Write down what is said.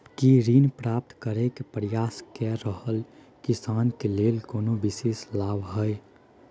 की ऋण प्राप्त करय के प्रयास कए रहल किसान के लेल कोनो विशेष लाभ हय?